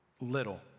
little